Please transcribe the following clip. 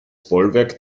bollwerk